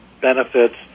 benefits